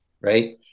right